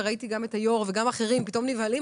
וראיתי גם את היו"ר וגם אחרים פתאום נבהלים,